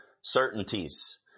certainties